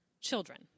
children